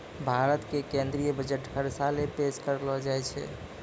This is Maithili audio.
भारत के केन्द्रीय बजट हर साले पेश करलो जाय छै